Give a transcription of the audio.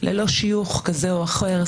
ללא שיוך כזה או אחר,